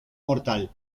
mortal